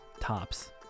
tops